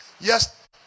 Yes